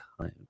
time